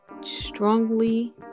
strongly